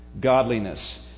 godliness